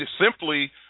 simply